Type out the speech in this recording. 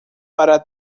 para